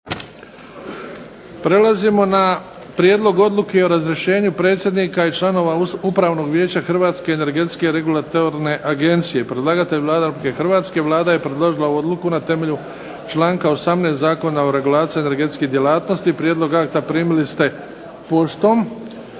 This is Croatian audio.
Prelazimo na - Prijedlog odluke o razrješenju predsjednika i članova Upravnog vijeća Hrvatske energetske regulatorne agencije Predlagatelj Vlada Republike Hrvatske. Vlada je predložila ovu odluku na temelju članka 18. Zakona o regulaciji energetskih djelatnosti. Prijedlog akta primili ste poštom.